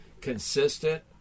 consistent